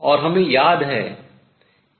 और हमें याद है कि यह k है